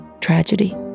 tragedy